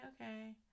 okay